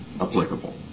applicable